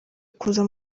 kuza